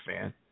fan